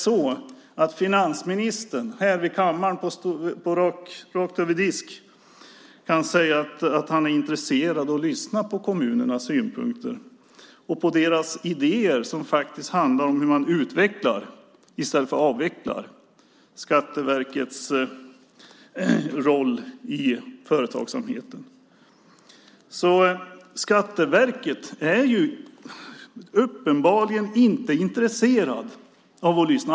Kan finansministern här i kammaren rakt över disk säga att han är intresserad av att lyssna på kommunernas synpunkter och idéer, som faktiskt handlar om hur man utvecklar i stället för avvecklar Skatteverkets roll i företagsamheten? Skatteverket är uppenbarligen inte intresserat av att lyssna.